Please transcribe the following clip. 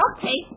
Okay